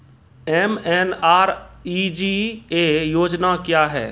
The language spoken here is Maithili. एम.एन.आर.ई.जी.ए योजना क्या हैं?